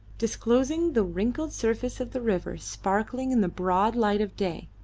disclosing the wrinkled surface of the river sparkling in the broad light of day.